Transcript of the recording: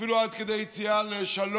אפילו עד כדי יציאה לשלום